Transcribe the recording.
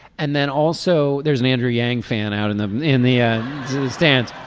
and then also there's an andrew yang fan out in the in the ah stands.